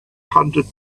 hundred